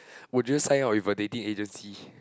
would you sign up with a dating agency